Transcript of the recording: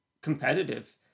competitive